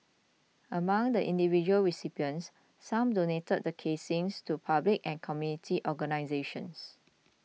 among the individual recipients some donated the casings to public and community organisations